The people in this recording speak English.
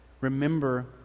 Remember